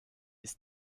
ist